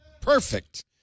Perfect